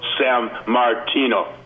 Sammartino